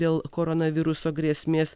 dėl koronaviruso grėsmės